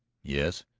yes,